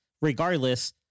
regardless